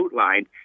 outlined